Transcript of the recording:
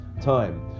time